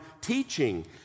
teaching